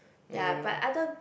ya but other